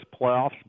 playoffs